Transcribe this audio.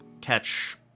catch